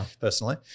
personally